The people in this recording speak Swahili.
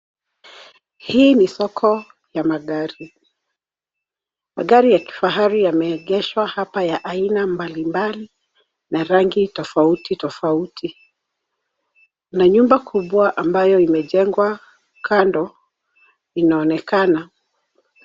Hii ni soko ya magari. Magari ya kifahari yameegeshwa hapa ya aina mbalimbali na rangi tofauti tofauti. Kuna nyumba kubwa ambayo imejengwa kando inaonekana .